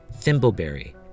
thimbleberry